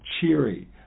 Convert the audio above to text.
cheery